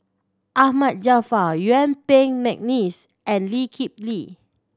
Ahmad Jaafar Yuen Peng McNeice and Lee Kip Lee